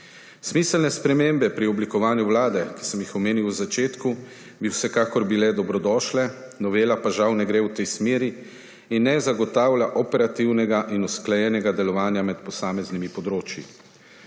Smiselne spremembe pri oblikovanju vlade, ki sem jih omenil v začetku, bi vsekakor bile dobrodošle, novela pa žal ne gre v tej smeri in ne zagotavlja operativnega in usklajenega delovanja med posameznimi področji.